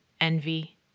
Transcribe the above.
envy